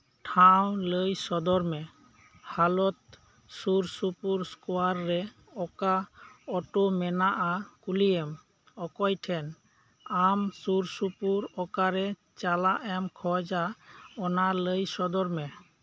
ᱴᱷᱟᱶ ᱞᱟᱹᱭ ᱥᱚᱫᱚᱨ ᱢᱮ ᱦᱟᱞᱚᱛ ᱥᱩᱨ ᱥᱩᱯᱩᱨ ᱥᱠᱚᱣᱟᱨ ᱨᱮ ᱚᱠᱟ ᱚᱴᱚ ᱢᱮᱱᱟᱜᱼᱟ ᱠᱩᱞᱤᱭᱮᱢ ᱚᱠᱚᱭᱴᱷᱮᱱ ᱟᱢ ᱥᱩᱨ ᱥᱩᱯᱩᱨ ᱚᱠᱟᱨᱮ ᱪᱟᱞᱟᱜ ᱮᱢ ᱠᱷᱚᱡᱟ ᱚᱱᱟ ᱞᱟᱹᱭ ᱥᱚᱫᱚᱨ ᱢᱮ